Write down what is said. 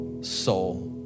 soul